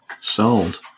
Sold